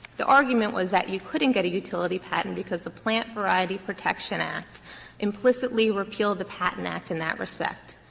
the argument was that you couldn't get a utility patent because the plant variety protection act implicitly repealed the patent act in that respect.